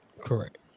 Correct